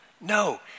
No